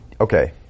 okay